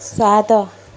ସାତ